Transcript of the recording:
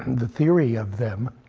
and the theory of them,